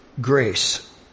grace